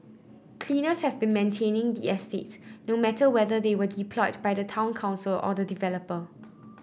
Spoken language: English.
cleaners have been maintaining the estate no matter whether they were deployed by the town council or the developer